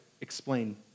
explain